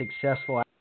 successful